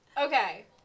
Okay